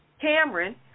Cameron